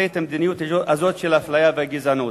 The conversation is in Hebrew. את המדיניות הזאת של האפליה והגזענות.